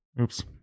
Oops